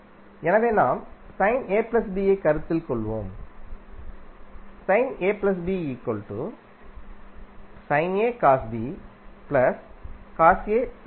எனவே நாம் யைக் கருத்தில் கொள்வோம்